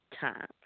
time